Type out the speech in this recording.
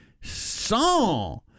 Song